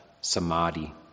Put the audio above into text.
samadhi